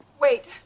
Wait